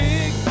Big